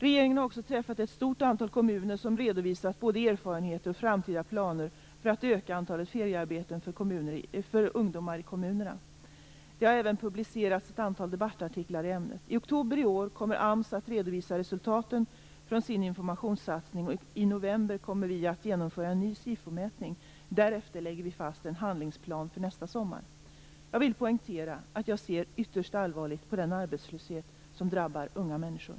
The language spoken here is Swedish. Regeringen har också träffat ett stort antal kommuner som redovisat både erfarenheter och framtida planer för att öka antalet feriearbeten för ungdomar i kommunerna. Det har även publicerats ett antal debattartiklar i ämnet. I oktober i år kommer AMS att redovisa resultaten från sin informationssatsning, och i november kommer vi att genomföra en ny SIFO-mätning. Därefter lägger vi fast en handlingsplan för nästa sommar. Jag vill poängtera att jag ser ytterst allvarligt på den arbetslöshet som drabbar unga människor.